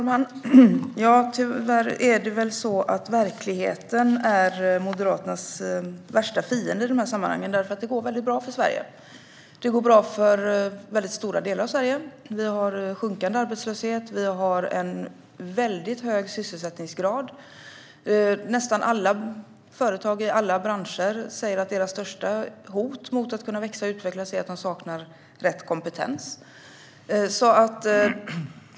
Herr talman! Tyvärr är det väl så att verkligheten är Moderaternas värsta fiende i de här sammanhangen. Det går väldigt bra för Sverige, och det går bra för väldigt stora delar av Sverige. Vi har sjunkande arbetslöshet och en väldigt hög sysselsättningsgrad. Nästan alla företag i alla branscher säger att deras största hot mot att kunna växa och utvecklas är att de saknar rätt kompetens.